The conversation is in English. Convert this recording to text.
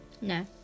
No